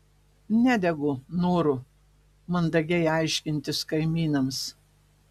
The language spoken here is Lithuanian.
nedegu noru mandagiai aiškintis kaimynams